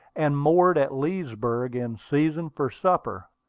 and moored at leesburg in season for supper.